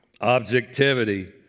Objectivity